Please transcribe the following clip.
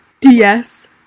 DS